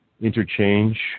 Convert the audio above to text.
interchange